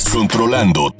controlando